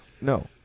No